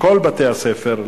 לכל בתי-הספר,